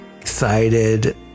Excited